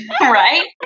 right